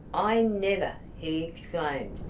i never! he exclaimed.